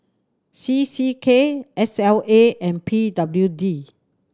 C C K S L A and P W D